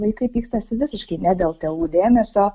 vaikai pykstasi visiškai ne dėl tėvų dėmesio